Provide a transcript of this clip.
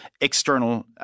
external